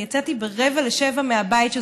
יצאתי ב-06:45 מהבית,